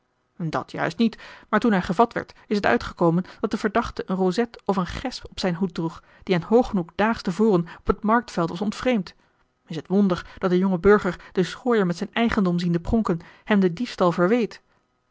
dat juist niet maar toen hij gevat werd is het uitgekomen dat de verdachte een rozet of eene gesp op zijn hoed droeg die aan hogenhoeck daags te voren op het marktveld was ontvreemd is het wonder dat de jonge burger den schooier met zijn eigendom ziende pronken hem den diefstal verweet